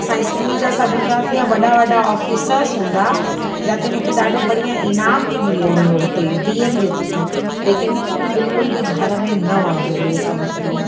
असां स्कूल जा सभु हूंदासीं ऐं वॾा वॾा ऑफ़िसर्स हूंदा जाते मूंखे ॾाढो बढ़िया इनाम बि मिलियो हुयो हुते डी एम जे थ्रू लेकिन बिल्कुलु बि घर में न वणंदो हुयो कंहिं खे इहो